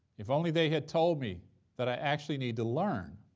if only they had told me that i actually need to learn,